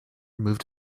moved